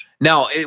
Now